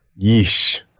Yeesh